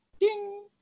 Ding